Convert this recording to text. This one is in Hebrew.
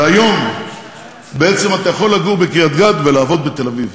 והיום אתה יכול לגור בקריית-גת ולעבוד בתל-אביב,